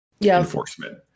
enforcement